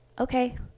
okay